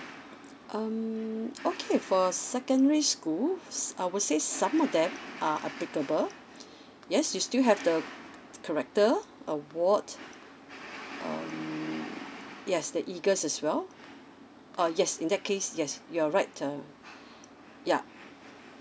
um okay for secondary school s~ I would say some of them are applicable yes you still have the character award um yes the eagles as well uh yes in that case yes you are right uh yeah